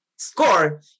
score